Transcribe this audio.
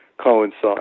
coincide